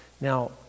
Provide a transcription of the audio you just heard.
Now